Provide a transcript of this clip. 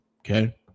Okay